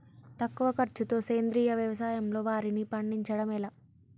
తక్కువ ఖర్చుతో సేంద్రీయ వ్యవసాయంలో వారిని పండించడం ఎలా?